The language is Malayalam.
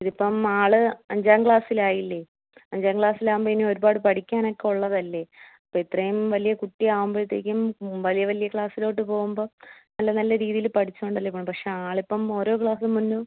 ഇതിപ്പം ആള് അഞ്ചാം ക്ലാസ്സിലായില്ലേ അഞ്ചാം ക്ലാസ്സിലാവുമ്പേനും ഒരുപാട് പഠിക്കാനൊക്കെ ഉള്ളതല്ലേ അപ്പം ഇത്രേം വലിയ കുട്ടി ആവുമ്പോഴത്തേയ്ക്കും വലിയ വലിയ ക്ലാസ്സിലോട്ട് പോവുമ്പം നല്ല നല്ല രീതിയിൽ പഠിച്ചോണ്ടല്ലെ പോകണത് പക്ഷേ ആളിപ്പം ഓരോ ക്ലാസ്സും മുങ്ങും